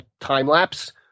time-lapse